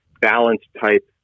balance-type